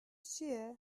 چیه